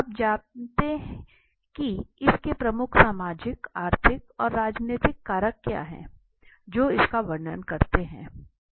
अब जानते की इसके प्रमुख सामाजिक आर्थिक और राजनीतिक कारक क्या हैं जो इसका वर्णन करते हैं